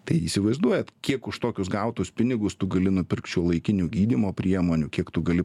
tai įsivaizduojat kiek už tokius gautus pinigus tu gali nupirkt šiuolaikinių gydymo priemonių kiek tu gali